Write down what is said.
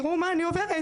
תראו מה אני עוברת.